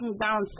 down